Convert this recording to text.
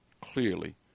clearly